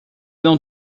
não